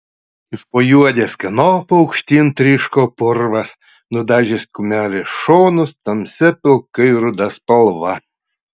iš po juodės kanopų aukštyn tryško purvas nudažęs kumelės šonus tamsia pilkai ruda spalva